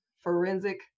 forensic